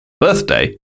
birthday